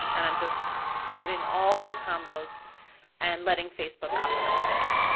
and i'm just giving all the combos and letting facebook optimize there.